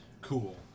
Cool